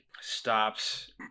stops